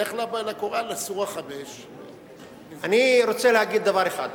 לך לקוראן, לסורה 5. אני רוצה להגיד דבר אחד: